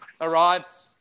arrives